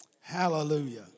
Hallelujah